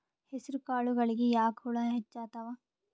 ಹೆಸರ ಕಾಳುಗಳಿಗಿ ಯಾಕ ಹುಳ ಹೆಚ್ಚಾತವ?